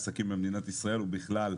גינזבורג,